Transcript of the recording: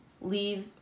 leave